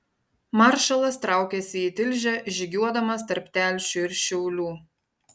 maršalas traukėsi į tilžę žygiuodamas tarp telšių ir šiaulių